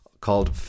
called